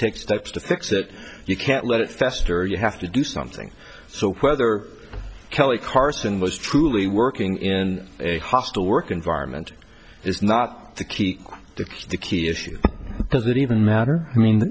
take steps to fix it you can't let it fester you have to do something so whether kelly carson was truly working in a hostile work environment is not the key the key issue doesn't even matter i mean